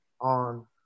on